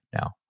now